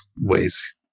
ways